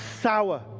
sour